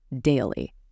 daily